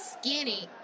skinny